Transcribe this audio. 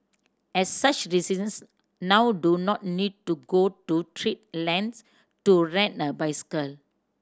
as such residents now do not need to go to treat lengths to rent a bicycle